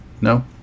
No